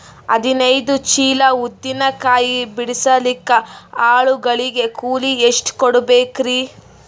ಹದಿನೈದು ಚೀಲ ಉದ್ದಿನ ಕಾಯಿ ಬಿಡಸಲಿಕ ಆಳು ಗಳಿಗೆ ಕೂಲಿ ಎಷ್ಟು ಕೂಡಬೆಕರೀ?